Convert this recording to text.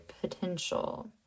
potential